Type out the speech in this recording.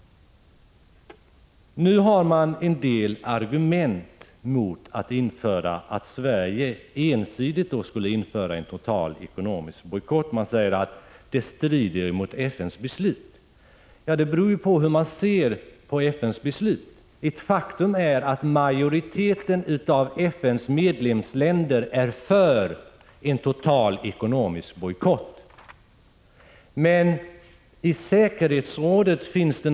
Det finns en del argument mot att Sverige ensidigt skulle införa en total ekonomisk bojkott. Man säger att det strider mot FN:s beslut. Men det beror ju på hur man ser på FN:s beslut. Faktum är att majoriteten av FN:s medlemsländer är för en total ekonomisk bojkott. Men i säkerhetsrådet finns Prot.